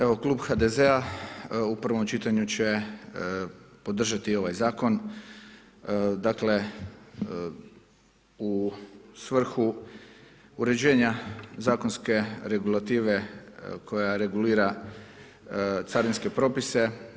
Evo Klub HDZ-a u prvom čitanju će podržati ovaj zakon dakle u svrhu uređenja zakonske regulative koja regulira carinske propise.